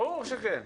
ברור שכן.